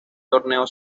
torneo